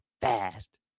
fast